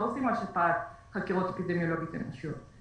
על שפעת לא עושים חקירות אפידמיולוגיות אנושיות.